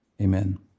Amen